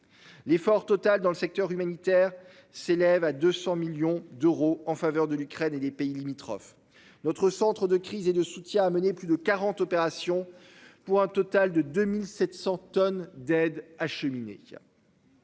L'effort total dans le secteur humanitaire s'élève à 200 millions d'euros en faveur de l'Ukraine et des pays limitrophes notre centre de crise et de soutien amener plus de 40 opérations pour un total de 2700 tonnes d'aide acheminée.